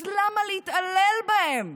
אז למה להתעלל בהם?